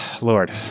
Lord